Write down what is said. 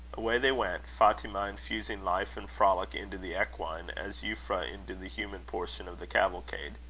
away they went, fatima infusing life and frolic into the equine as euphra into the human portion of the cavalcade.